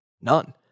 None